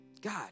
God